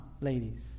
ladies